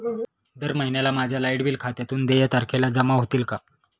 दर महिन्याला माझ्या लाइट बिल खात्यातून देय तारखेला जमा होतील का?